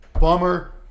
bummer